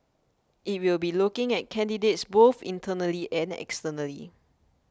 it will be looking at candidates both internally and externally